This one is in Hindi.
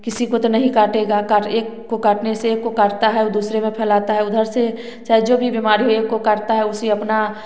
किसी को तो नहीं कटेगा एक को काटने से एक को काटता है दूसरे में फैलता है उधर से चाहे जो भी बीमारी हो एक को काटता है उसे अपना